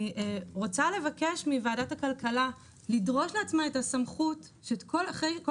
לבקש מוועדת הכלכלה לדרוש לעצמה את הסמכות שאחרי כל